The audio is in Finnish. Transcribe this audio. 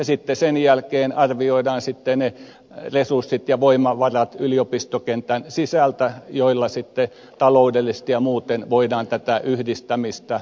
sitten sen jälkeen arvioidaan yliopistokentän sisältä ne resurssit ja voimavarat joilla voidaan taloudellisesti ja muuten tukea tätä yhdistämistä